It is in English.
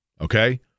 okay